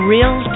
Real